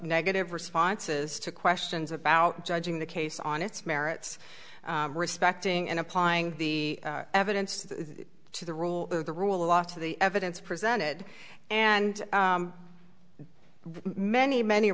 negative responses to questions about judging the case on its merits respecting and applying the evidence to the rule of the rule of law to the evidence presented and many many